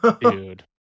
Dude